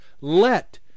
let